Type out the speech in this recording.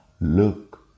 Look